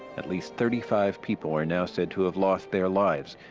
at least thirty five people are now said to have lost their lives.